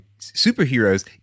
superheroes